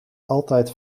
altijd